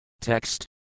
Text